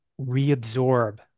reabsorb